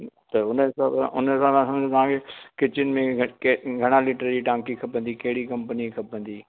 त हुनजे हिसाब सां उन सां रखणु तव्हां खे किचन में घणा लीटर जी टांकी खपंदी कहिड़ी कंपनीअ जी खपंदी